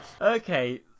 Okay